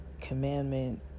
commandment